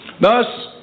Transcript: Thus